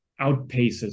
outpaces